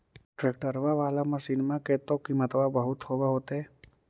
ट्रैक्टरबा बाला मसिन्मा के तो किमत्बा बहुते होब होतै?